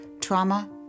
trauma